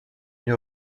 une